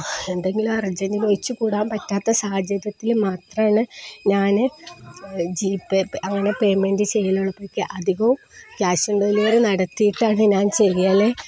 എന്തെങ്കിലും അർജന്റൊഴിച്ചുകൂടാൻ പറ്റാത്ത സാഹചര്യത്തില് മാത്രമാണു ഞാന് ജി പേ അങ്ങനെ പേയ്മെൻറ് ചെയ്യല് അധികവും ക്യാഷ് ഓൺ ഡെലിവറി നടത്തിയിട്ടാണു ഞാൻ ചെയ്യല്